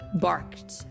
Barked